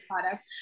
products